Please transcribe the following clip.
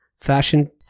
Fashion